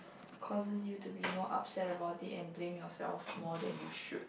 causes you to be more upset about it and blame yourself more than you should